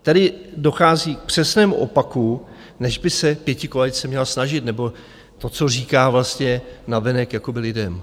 Tady dochází k přesnému opaku, než by se pětikoalice měla snažit, nebo to co říká vlastně navenek jakoby lidem.